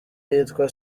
yitwa